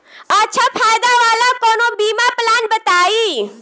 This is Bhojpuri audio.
अच्छा फायदा वाला कवनो बीमा पलान बताईं?